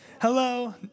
Hello